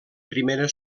primera